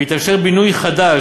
ויתאפשר בינוי חדש,